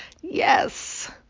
Yes